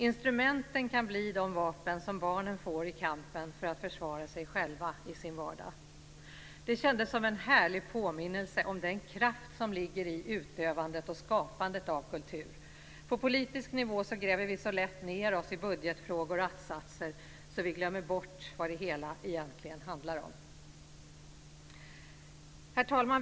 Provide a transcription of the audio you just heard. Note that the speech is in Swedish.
Instrumenten kan bli de vapen som barnen får i kampen för att försvara sig själva i sin vardag." Det kändes som en härlig påminnelse om den kraft som ligger i utövandet och skapandet av kultur. På politisk nivå gräver vi så lätt ned oss i budgetfrågor och att-satser att vi glömmer bort vad det hela egentligen handlar om. Herr talman!